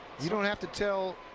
you don't have to tell